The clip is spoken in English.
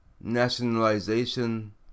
nationalization